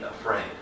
afraid